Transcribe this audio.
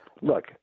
Look